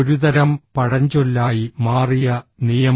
ഒരുതരം പഴഞ്ചൊല്ലായി മാറിയ നിയമം